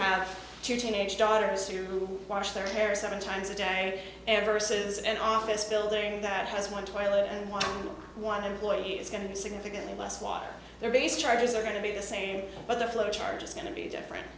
have two teenage daughters who wash their hair seven times a day ever says an office building that has one toilet and one one employee is going to be significantly less while their base charges are going to be the same but the flow charge is going to be different